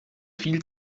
viel